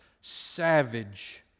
Savage